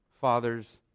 father's